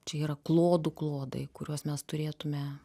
čia yra klodų klodai kuriuos mes turėtume